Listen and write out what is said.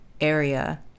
area